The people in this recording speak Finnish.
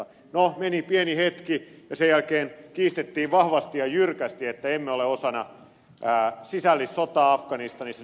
no meni pieni hetki ja sen jälkeen kiistettiin vahvasti ja jyrkästi että emme ole osana sisällissotaa afganistanissa